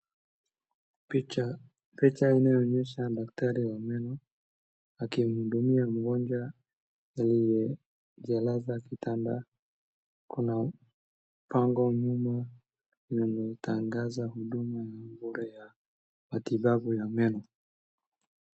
Picha inayoonyesha daktari wa meno akimhudumia mgonjwa aliyejilaza kitanda kuna bango nyuma inatangaza huduma bure ya matibabu ya meno.